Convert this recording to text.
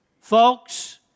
Folks